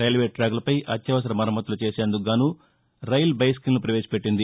railway టాకులపై అత్యవసర మరమ్మత్తులు చేసేందుకు గానూ రైల్ బైస్కిల్ను ప్రవేశపెట్టింది